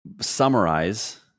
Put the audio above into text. summarize